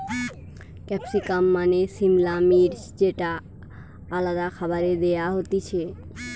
capsicum মানে সিমলা মির্চ যেটা আলাদা খাবারে দেয়া হতিছে